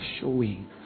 showing